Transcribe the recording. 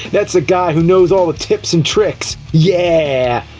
that's a guy who knows all the tips and tricks! yeah